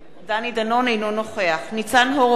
אינו נוכח ניצן הורוביץ,